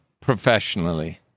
professionally